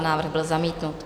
Návrh byl zamítnut.